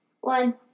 One